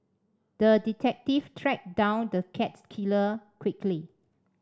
the detective tracked down the cat killer quickly